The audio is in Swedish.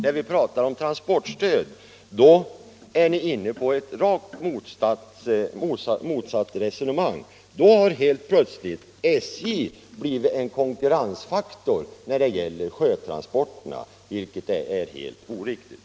När ni talar om transportstöd för ni ett rakt motsatt resonemang. Då framställs SJ helt plötsligt som en stor konkurrent till sjötransporterna, vilket är helt oriktigt.